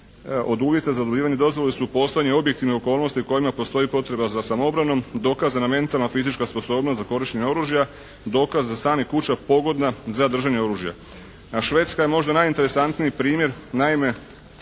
od uvjeta za dobivanje dozvola su postojanje objektivne okolnosti u kojima postoji potreba za samoobranom, dokaza mentalna fizička sposobnost za korištenje oružja, dokaz da je stan ili kuća pogodna za držanje oružja. Švedska je možda najinteresantniji primjer. Naime,